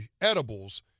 edibles